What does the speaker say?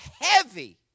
heavy